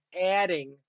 adding